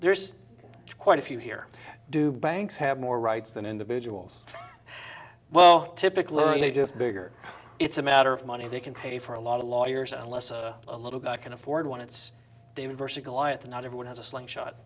there's quite a few here do banks have more rights than individuals well typically just bigger it's a matter of money they can pay for a lot of lawyers and less of a little guy can afford one it's david versus goliath not everyone has a sling shot